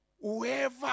whoever